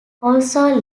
also